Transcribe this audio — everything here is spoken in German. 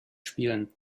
spielen